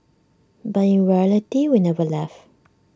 but in reality we've never left